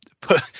put